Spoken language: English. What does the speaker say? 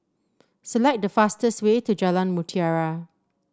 select the fastest way to Jalan Mutiara